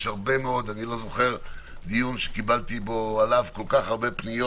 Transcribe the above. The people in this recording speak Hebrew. אני לא זוכר דיון שקיבלתי עליו כל כך הרכבה פניות